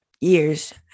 years